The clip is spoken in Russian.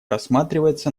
рассматривается